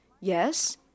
Yes